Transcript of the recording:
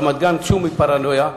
רמת-גן שוב היא פרנויה,